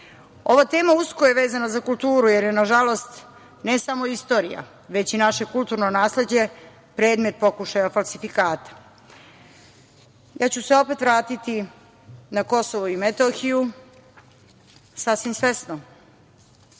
tema usko je vezana za kulturu jer je, nažalost, ne samo istorija, već i naše kulturno nasleđe predmet pokušaja falsifikata. Opet ću se vratiti na Kosovo i Metohiju, sasvim svesno,